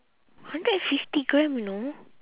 hundred and fifty gram you know